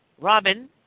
Robin